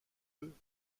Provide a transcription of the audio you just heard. eux